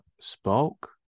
spoke